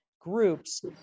groups